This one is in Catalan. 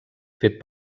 fet